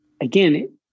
again